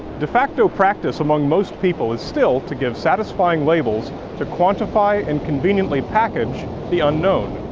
de facto practice among most people is still to give satisfying labels to quantify and conveniently package the unknown.